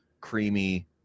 creamy